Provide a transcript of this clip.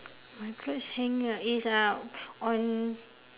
my clothes hanger it's uh on